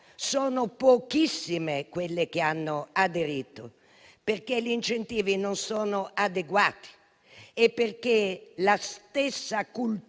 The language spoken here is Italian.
sono pochissime quelle che hanno aderito, perché gli incentivi non sono adeguati e perché la stessa cultura